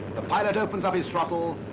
the pilots opens up his throttle.